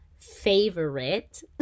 favorite